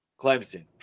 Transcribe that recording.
Clemson